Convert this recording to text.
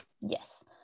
Yes